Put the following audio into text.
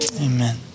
Amen